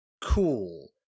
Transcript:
cool